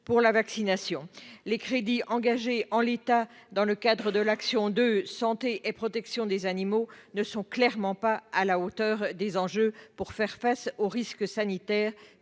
pour la vaccination, les crédits engagés en l'état, dans le cadre de l'action de santé et protection des animaux ne sont clairement pas à la hauteur des enjeux pour faire face aux risques sanitaires